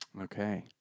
Okay